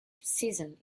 season